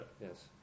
yes